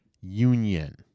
union